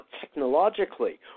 technologically